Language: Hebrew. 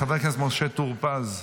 חבר הכנסת משה טור פז,